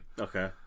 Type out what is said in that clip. Okay